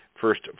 first